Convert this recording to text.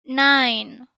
nine